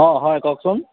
অঁ হয় কওকচোন